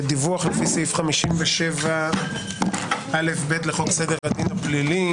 דיווח לפי סעיף 57א(ב) לחוק סדר הדין הפלילי